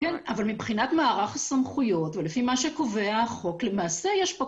אבל מבחינת מערך הסמכויות ולפי מה שקובע החוק למעשה יש פה